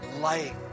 light